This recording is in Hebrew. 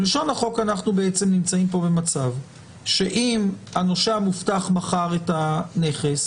לפי לשון החוק אנחנו נמצאים במצב שאם הנושה המובטח מכר את הנכס,